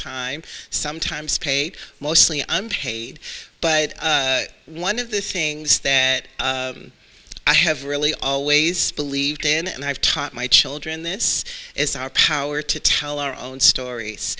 time sometimes paid mostly unpaid but one of the things that i have really always believed in and i've taught my children this is our power to tell our own stor